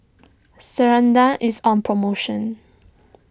Ceradan is on promotion